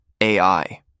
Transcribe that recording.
AI